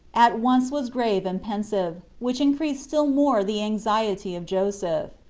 at once was grave and pensive, which increased still more the anxiety of joseph.